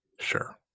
Sure